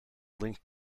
linked